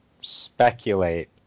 speculate